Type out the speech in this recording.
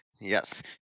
yes